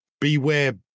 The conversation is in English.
beware